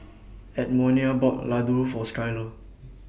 Edmonia bought Ladoo For Skyler